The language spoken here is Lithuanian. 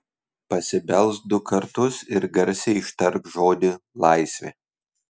pasibelsk du kartus ir garsiai ištark žodį laisvė